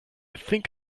think